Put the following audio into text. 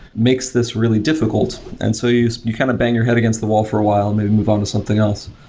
makes this really difficult. and so you you kind of bang your head against the wall for a while and maybe move on to something else.